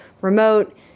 remote